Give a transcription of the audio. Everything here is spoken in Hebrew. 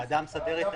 הוועדה המסדרת,